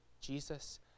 Jesus